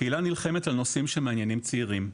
הקהילה נלחמת על הנושאים שמעניינים את הצעירים,